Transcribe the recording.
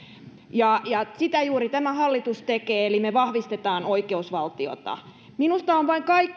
sitä juuri tämä hallitus tekee eli me vahvistamme oikeusvaltiota minusta on vain